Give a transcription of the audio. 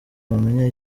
wamenya